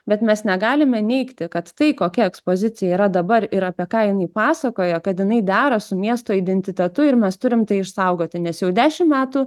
bet mes negalime neigti kad tai kokia ekspozicija yra dabar ir apie ką jinai pasakoja kad jinai dera su miesto identitetu ir mes turim tai išsaugoti nes jau dešim metų